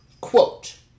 quote